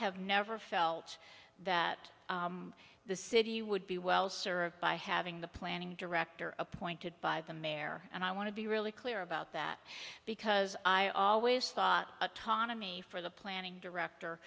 have never felt that the city would be well served by having the planning director appointed by the mayor and i want to be really clear about that because i always thought autonomy for the planning director